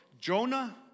Jonah